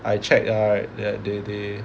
I check right that they they